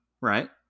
right